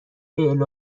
فعل